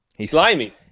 slimy